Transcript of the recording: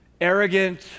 arrogant